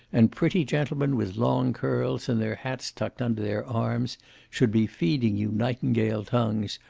and pretty gentlemen with long curls and their hats tucked under their arms should be feeding you nightingale tongues,